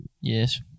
Yes